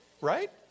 Right